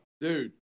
dude